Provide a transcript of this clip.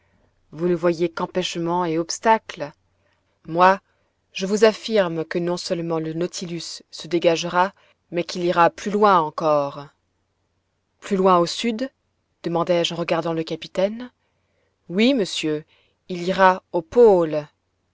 vous ne voyez qu'empêchements et obstacles moi je vous affirme que non seulement le nautilus se dégagera mais qu'il ira plus loin encore plus loin au sud demandai-je en regardant le capitaine oui monsieur il ira au pôle